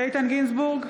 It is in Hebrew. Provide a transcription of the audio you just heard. איתן גינזבורג,